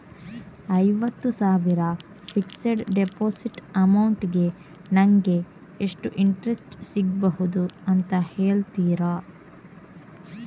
ಐವತ್ತು ಸಾವಿರ fixed deposit amount ಗೆ ನಂಗೆ ಎಷ್ಟು ಇಂಟ್ರೆಸ್ಟ್ ಸಿಗ್ಬಹುದು ಅಂತ ಹೇಳ್ತೀರಾ?